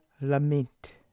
Lament